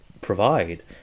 provide